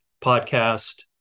podcast